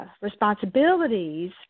responsibilities